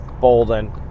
Bolden